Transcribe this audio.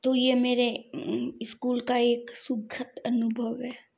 तो ये मेरे स्कूल का एक सुखद अनुभव है